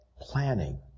planning